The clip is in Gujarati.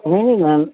નહીં નહીં મેમ